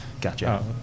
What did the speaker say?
Gotcha